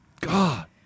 God